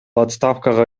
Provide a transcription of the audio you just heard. отставкага